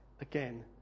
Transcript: again